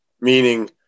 meaning